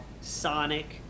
Sonic